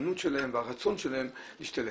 ההיענות שלהם והרצון שלהם להשתלב.